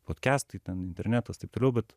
potkestai ten internetas taip toliau bet